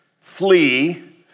flee